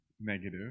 negative